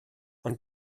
ond